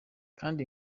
kandi